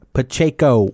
Pacheco